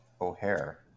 O'Hare